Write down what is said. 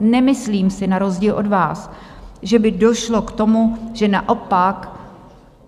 Nemyslím si na rozdíl od vás, že by došlo k tomu, že naopak,